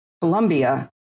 Colombia